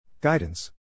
Guidance